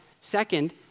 second